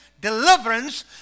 deliverance